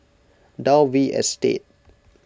Dalvey Estate